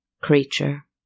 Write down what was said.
Creature